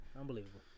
Unbelievable